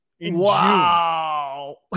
wow